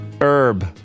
herb